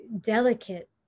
delicate